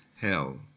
hell